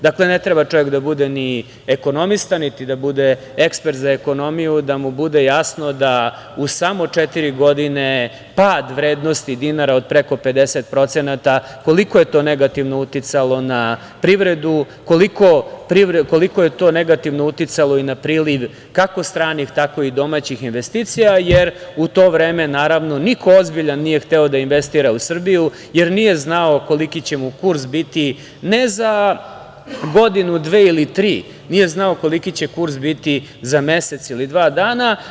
Dakle, ne treba čovek da bude ni ekonomista, niti da bude ekspert za ekonomiju da mu bude jasno da uz samo četiri godine pad vrednosti dinara od preko 50%, koliko je to negativno uticalo na privredu, koliko je to negativno uticalo i na priliv kako stranih, tako i domaćih investicija, jer u to vreme niko ozbiljan nije hteo da investira u Srbiju, jer nije znao koliki će mu kurs biti ne za godinu, dve ili tri, nije znao koliki će kurs biti za mesec ili dva dana.